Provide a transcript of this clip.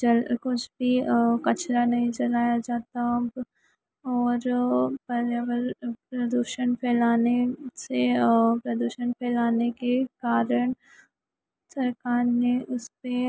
जल कुछ भी कचरा नहीं जलाया जाए और पर्यावरण प्रदुषण फैलाने से और प्रदुषण फैलाने के कारण सरकार ने उस पर